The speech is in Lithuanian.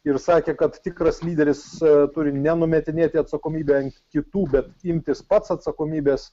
ir sakė kad tikras lyderis turi ne numetinėti atsakomybę ant kitų bet imtis pats atsakomybės